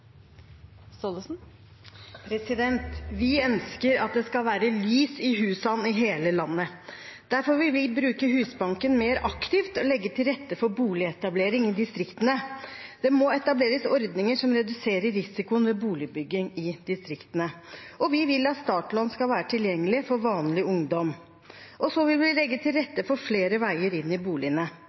replikkordskifte. Vi ønsker at det skal være «lys i husan» i hele landet. Derfor vil vi bruke Husbanken mer aktivt og legge til rette for boligetablering i distriktene. Det må etableres ordninger som reduserer risikoen med boligbygging i distriktene. Vi vil at startlån skal være tilgjengelig for vanlig ungdom, og vi vil legge til rette for flere veier inn i